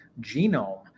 genome